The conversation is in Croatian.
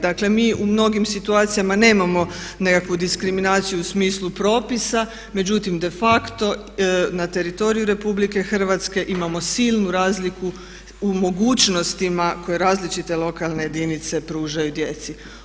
Dakle, mi u mnogim situacijama nemamo nekakvu diskriminaciju u smislu propisa međutim de facto na teritoriju Republike Hrvatske imamo silnu razliku u mogućnostima koje različite lokalne jedinice pružaju djeci.